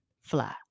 Fly